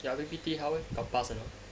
your I_P_P_T how eh got pass or not